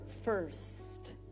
first